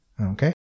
Okay